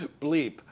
bleep